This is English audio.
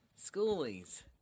Schoolies